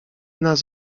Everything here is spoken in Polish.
nas